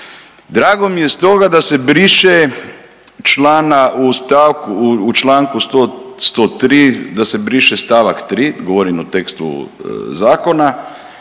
Drago mi je stoga da se briše članak, u stavku, u čl. 103 da se briše st. 3, govorim o tekstu zakona,